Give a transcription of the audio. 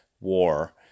war